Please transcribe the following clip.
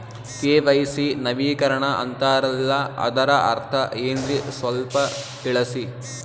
KYC ನವೀಕರಣ ಅಂತಾರಲ್ಲ ಅದರ ಅರ್ಥ ಏನ್ರಿ ಸ್ವಲ್ಪ ತಿಳಸಿ?